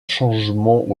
changement